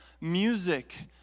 Music